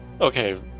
Okay